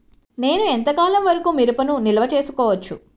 నేను ఎంత కాలం వరకు మిరపను నిల్వ చేసుకోవచ్చు?